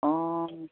অঁ